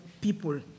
people